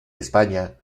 españa